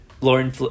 Lauren